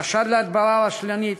חשד להדברה רשלנית,